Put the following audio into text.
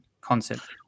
concept